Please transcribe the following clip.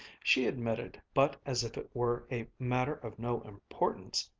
she admitted, but as if it were a matter of no importance,